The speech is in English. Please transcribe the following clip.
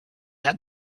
had